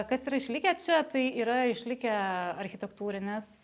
kas yra išlikę čia tai yra išlikę architektūrinis